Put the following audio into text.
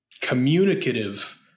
communicative